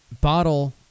bottle